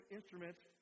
instruments